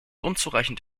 unzureichend